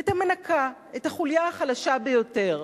את המנקה, את החוליה החלשה ביותר.